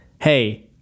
hey